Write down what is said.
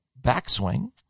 backswing